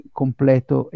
completo